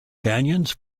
canyons